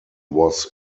was